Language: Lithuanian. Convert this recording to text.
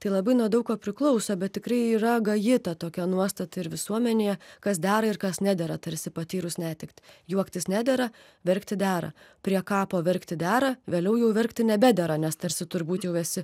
tai labai nuo daug ko priklauso bet tikrai yra gaji tokia nuostata ir visuomenėje kas dera ir kas nedera tarsi patyrus netektį juoktis nedera verkti dera prie kapo verkti dera vėliau jau verkti nebedera nes tarsi turbūt jau esi